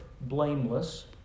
blameless